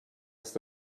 ist